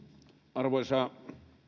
arvoisa